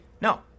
no